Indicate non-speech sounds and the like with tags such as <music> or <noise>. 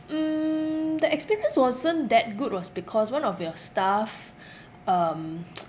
mm the experience wasn't that good was because one of your staff um <noise>